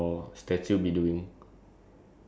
it's built in your honor